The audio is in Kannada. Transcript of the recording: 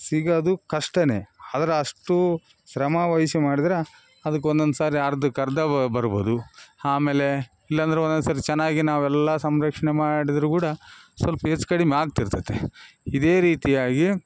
ಸಿಗೋದು ಕಷ್ಟ ಆದ್ರೆ ಅಷ್ಟು ಶ್ರಮ ವಹಿಸಿ ಮಾಡಿದ್ರೆ ಅದ್ಕೆ ಒಂದೊಂದು ಸರೀ ಅರ್ಧಕ್ಕೆ ಅರ್ಧ ಬರ್ಬೋದು ಆಮೇಲೆ ಇಲ್ಲಂದ್ರೆ ಒಂದೊಂದು ಸರೀ ಚೆನ್ನಾಗಿ ನಾವೆಲ್ಲ ಸಂರಕ್ಷಣೆ ಮಾಡಿದರು ಕೂಡ ಸ್ವಲ್ಪ್ ಹೆಚ್ ಕಡಿಮೆ ಆಗ್ತಿರ್ತೈತೆ ಇದೇ ರೀತಿಯಾಗಿ